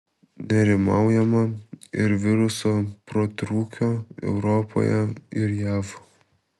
nerimaujama ir viruso protrūkio europoje ir jav